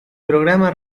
programa